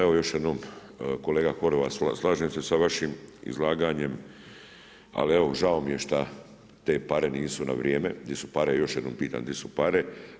Evo još jednom kolega Horvat slažem se sa vašim izlaganjem ali evo žao mi je šta te pare nisu na vrijeme, di su pare, još jednom pitam di su pare.